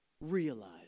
Realize